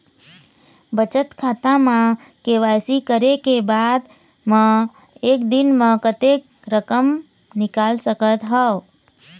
बचत खाता म के.वाई.सी करे के बाद म एक दिन म कतेक रकम निकाल सकत हव?